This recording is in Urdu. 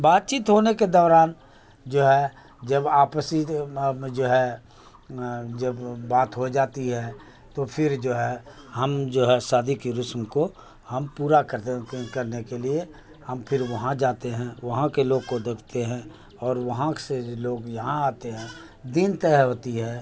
بات چیت ہونے کے دوران جو ہے جب آپسی جو ہے جب بات ہو جاتی ہے تو پھر جو ہے ہم جو ہے شادی کی رسم کو ہم پورا کر کرنے کے لیے ہم پھر وہاں جاتے ہیں وہاں کے لوگ کو دیکھتے ہیں اور وہاں سے لوگ یہاں آتے ہیں دن طے ہوتی ہے